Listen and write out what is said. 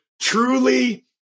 truly